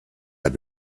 had